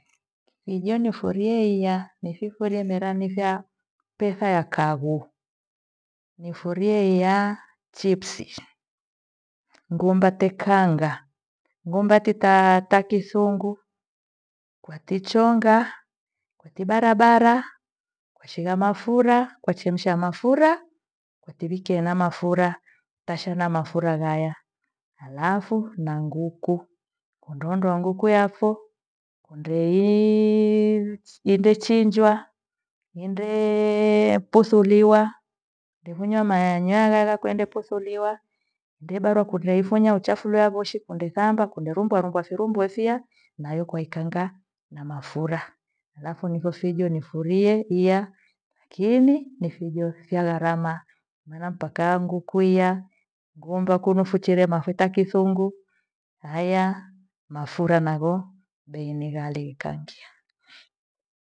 Fijo nithifurie ijiya nithifurie mira nitha petha ya kaghu. Nifurie iya chipsi, ngumba tekaanga, ngumba ti- taa- ta kisungu kwa tichonga kwa tibarabara kwa shigha mafura, kwachemsha mafura kwativikea na mafura tasha na mafura ghaya. Halafu na nguku kundoondoa nguku yafo, kundeiiii indechinjwa, indeeepusuliwa, ndefunya mayanywa ghakwende puthuliwa, ndebarwa kundeifunya uchafu ravo shikunde thamba kunde remboa romboa virombo ephia nayo kwaikaagha na mafura. Halafu nipho fijo nifurie iya kyene ni fijo vya gharma maana mpaka nguku ia nguomba kunu fuchere mafuta kithungu haya mafura navo bei ni ghali kaangia